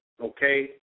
okay